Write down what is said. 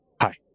Hi